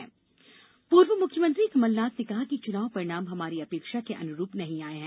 कांग्रेस बैठक पूर्व मुख्यमंत्री कमलनाथ ने कहा कि चुनाव परिणाम हमारी अपेक्षा के अनुरूप नहीं आये हैं